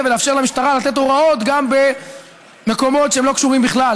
ולאפשר למשטרה לתת הוראות גם במקומות שלא קשורים בכלל.